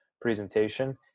presentation